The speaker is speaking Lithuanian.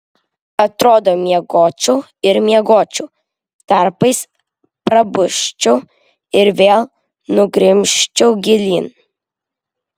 atrodė miegočiau ir miegočiau tarpais prabusčiau ir vėl nugrimzčiau gilyn